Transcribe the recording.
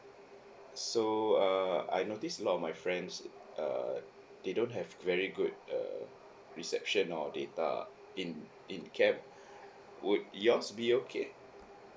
so err I noticed a lot of my friends err they don't have very good err reception or data in in camp would yours be okay